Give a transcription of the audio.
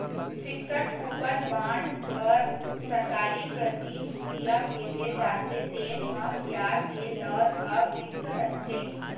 fixed coupon bond बर सरकारी प्रतिभूतिया केहे जाथे, तेन म बियाज के दर ह फिक्स रहिथे